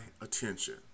attention